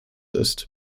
ist